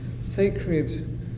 sacred